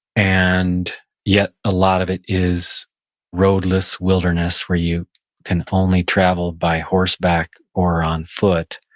and yet a lot of it is roadless wilderness where you can only travel by horseback or on foot,